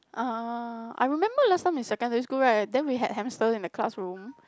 uh I remember last time in secondary school right then we had hamster in the classroom